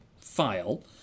file